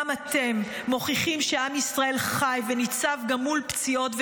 גם אתם מוכיחים שעם ישראל חי וניצב גם מול פציעות וכאבים.